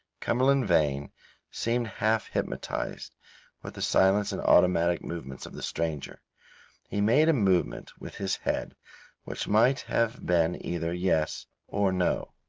cumberland vane seemed half hypnotized with the silence and automatic movements of the stranger he made a movement with his head which might have been either yes or no.